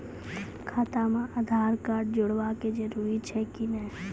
खाता म आधार कार्ड जोड़वा के जरूरी छै कि नैय?